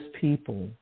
people